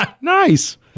Nice